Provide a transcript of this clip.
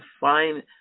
find